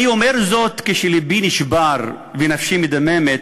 אני אומר זאת כשלבי נשבר ונפשי מדממת,